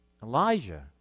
Elijah